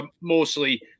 mostly